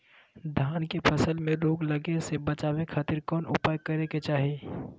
धान के फसल में रोग लगे से बचावे खातिर कौन उपाय करे के चाही?